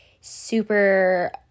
super